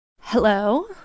hello